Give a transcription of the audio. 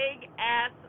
big-ass